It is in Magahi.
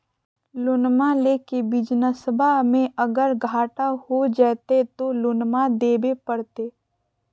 लोनमा लेके बिजनसबा मे अगर घाटा हो जयते तो लोनमा देवे परते?